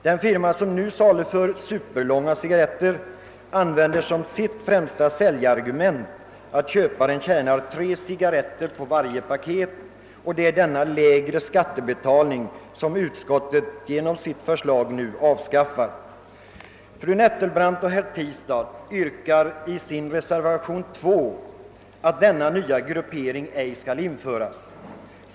Den firma som nu saluför superlånga cigarretter använder som sitt främsta säljargument att köparen tjänar tre cigarretter på varje paket. Det är denna lägre skattebetalning som utskottet genom sitt förslag vill avskaffa. Fru Nettelbrandt och herr Tistad yrkar i sin reservation 2 att denna nya gruppering ej skall införas.